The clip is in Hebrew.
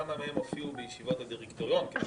כמה מהם הופיעו לישיבות הדירקטוריון מכיוון